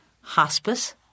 hospice